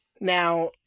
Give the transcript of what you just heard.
Now